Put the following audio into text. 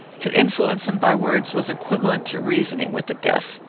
to influence him by words was equivalent to reasoning with the deaf.